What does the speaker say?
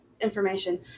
information